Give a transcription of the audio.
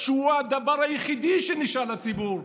שהוא הדבר היחידי שנשאר לציבור,